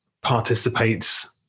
participates